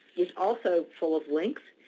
it's also full of links.